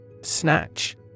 Snatch